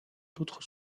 d’autres